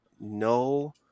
no